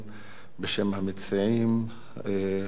אושרה בקריאה שלישית ברוב של 11 תומכים,